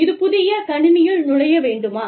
இது புதிய கணினியில் நுழைய வேண்டுமா